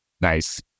Nice